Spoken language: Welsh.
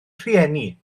rhieni